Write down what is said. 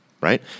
right